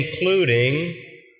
including